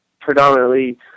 predominantly